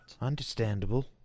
Understandable